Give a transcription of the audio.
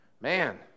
Man